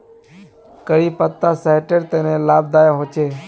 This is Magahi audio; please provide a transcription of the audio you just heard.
करी पत्ता सेहटर तने लाभदायक होचे